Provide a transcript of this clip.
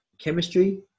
Chemistry